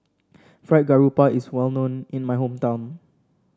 Fried Garoupa is well known in my hometown